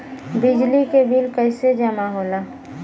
बिजली के बिल कैसे जमा होला?